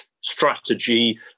strategy